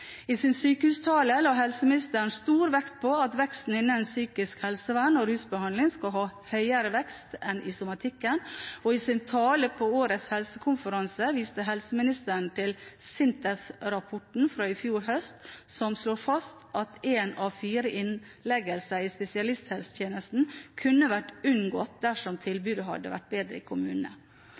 I sin sykehustale la helseministeren stor vekt på at veksten innen psykisk helsevern og rusbehandling skal ha større vekst enn somatikken, og i sin tale på årets helsekonferanse viste helseministeren til SINTEF-rapporten fra i fjor høst, som slår fast at én av fire innleggelser i spesialisthelsetjenesten kunne vært unngått dersom tilbudet hadde vært bedre i kommunene.